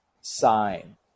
sign